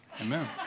Amen